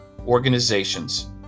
organizations